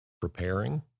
preparing